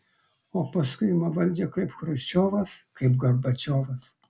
o paskui ima valdžią kaip chruščiovas kaip gorbačiovas